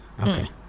Okay